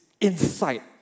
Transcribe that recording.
insight